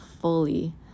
fully